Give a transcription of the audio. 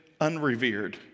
unrevered